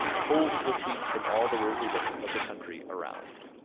tolled the sweets from all the rosy lips of the country around.